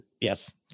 Yes